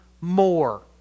more